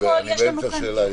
אני רוצה לומר --- אני באמצע שאלה.